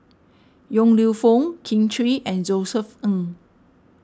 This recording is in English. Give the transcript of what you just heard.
Yong Lew Foong Kin Chui and Josef Ng